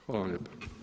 Hvala vam lijepa.